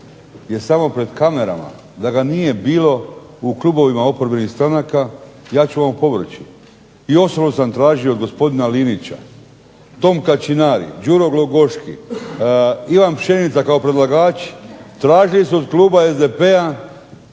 je samo pred kamerama, da ga nije bilo u klubovima oporbenih stranaka ja ću vam opovrći, i osobno sam tražio od gospodina Linića Tom Kaćinari, Đuro Glogoški, Ivan Pšenica kao predlagači tražili su od kluba SDP-a,